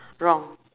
wrong